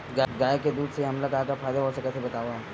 गाय के दूध से हमला का का फ़ायदा हो सकत हे बतावव?